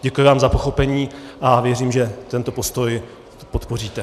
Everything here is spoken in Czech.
Děkuji vám za pochopení a věřím, že tento postoj podpoříte.